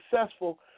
successful